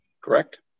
Correct